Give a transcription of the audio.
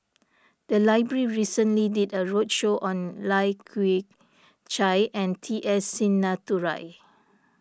the library recently did a roadshow on Lai Kew Chai and T S Sinnathuray